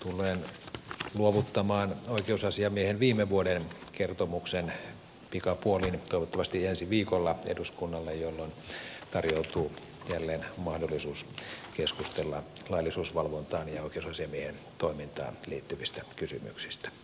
tulen luovuttamaan oikeusasiamiehen viime vuoden kertomuksen pikapuolin toivottavasti ensi viikolla eduskunnalle jolloin tarjoutuu jälleen mahdollisuus keskustella laillisuusvalvontaan ja oikeusasiamiehen toimintaan liittyvistä kysymyksistä